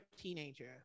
teenager